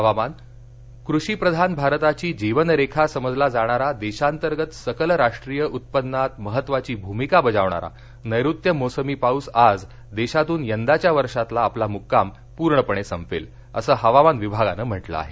हवामान कृषीप्रधान भारताची जीवनरेखा समजला जाणारा देशांतर्गत सकल राष्ट्रीय उत्पन्नात महत्त्वाची भूमिका बजावणारा नैऋत्य मोसमी पाऊस आज देशातून यंदाच्या वर्षातला आपला मुक्काम पूर्णपणे संपवेल असं हवामान विभागानं म्हटलं आहे